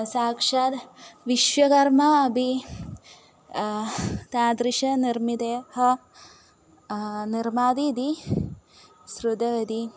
साक्षाद् विश्वकर्मा अपि तादृशनिर्मितयः निर्माति सृजयति